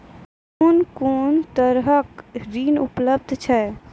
कून कून तरहक ऋण उपलब्ध छै?